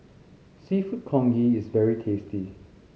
Seafood Congee is very tasty